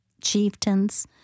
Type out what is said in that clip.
chieftains